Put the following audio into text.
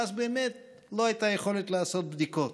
ואז באמת לא הייתה יכולת לעשות בדיקות.